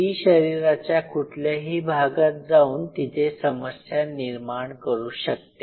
ती शरीराच्या कुठल्याही भागात जाऊन तिथे समस्या निर्माण करू शकते